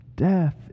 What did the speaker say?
Death